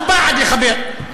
אנחנו בעד לחבר,